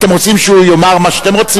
אתם רוצים שהוא יאמר מה שאתם רוצים?